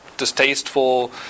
distasteful